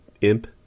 imp –